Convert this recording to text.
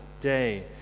day